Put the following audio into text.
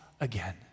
again